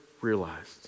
realized